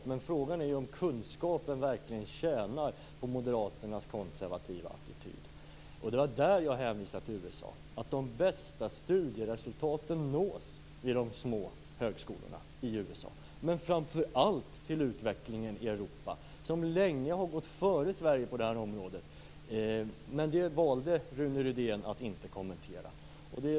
Men frågan är om kunskapen verkligen tjänar på Moderaternas konservativa attityd. Det var i det avseendet som jag hänvisade till USA. De bästa studieresultaten där nås nämligen vid de små högskolorna. Men framför allt gäller det utvecklingen i Europa, som länge har gått före Sverige på detta område. Rune Rydén valde att inte kommentera detta.